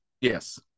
Yes